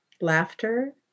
laughter